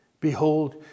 Behold